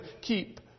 keep